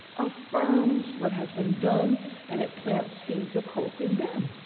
affirms what has been done and it plant seeds of hope in them.